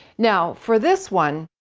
now for this one,